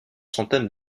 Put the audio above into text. centaines